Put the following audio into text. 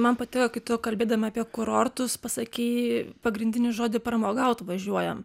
man patiko kai tu kalbėdama apie kurortus pasakei pagrindinį žodį pramogaut važiuojam